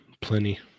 plenty